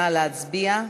נא להצביע.